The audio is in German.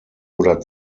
oder